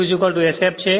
F2 sf છે